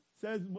says